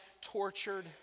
tortured